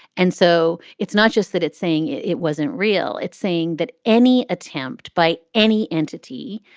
and so it's not just that it's saying it it wasn't real. it's saying that any attempt by any entity,